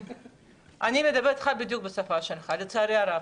אני מדברת איתך בדיוק בשפה שלך, לצערי הרב.